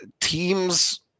teams